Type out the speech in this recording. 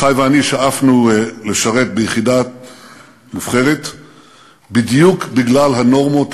אחי ואני שאפנו לשרת ביחידה מובחרת בדיוק בגלל הנורמות